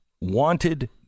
wanted